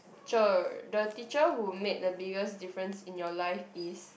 cher the teacher who made the biggest difference in your life is